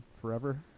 forever